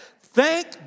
Thank